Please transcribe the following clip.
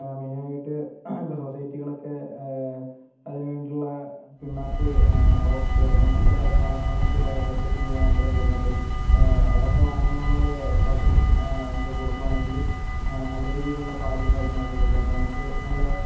മെയിനായിട്ട് ഇപ്പം സൊസൈറ്റികളൊക്കെ അതിനു വേണ്ടിയുള്ള പിണ്ണാക്ക് ഓക്കേ അങ്ങനത്തെ പല സാധനങ്ങളും ഇപ്പം സൊസൈറ്റി മുഖാന്തരം തരുന്നുണ്ട് അതൊക്കെ വാങ്ങി നമ്മൾ പശുവിനും കൊടുക്കുവാണങ്കിൽ നല്ല രീതിയിലുള്ള പാലും കാര്യങ്ങളൊക്കെ കിട്ടുംന്ന് അപ്പോൾ നമുക്ക് നല്ല